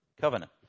covenant